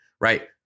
right